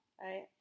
Right